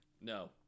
No